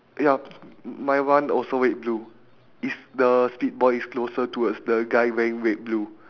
yup my one also red blue is the spit boy is closer towards the guy wearing red blue